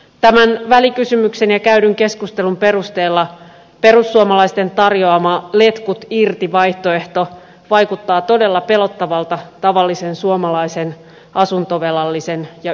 tämän välikysymyksen ja käydyn keskustelun perusteella perussuomalaisten tarjoama letkut irti vaihtoehto vaikuttaa todella pelottavalta tavallisen suomalaisen asuntovelallisen ja yrittäjän näkökulmasta